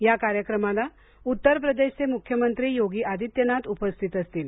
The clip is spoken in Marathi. या कार्यक्रमाला उत्तर प्रदेशचे मुख्यमंत्री योगी आदित्यनाथ उपस्थित असतील